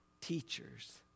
teachers